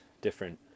different